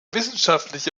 wissenschaftliche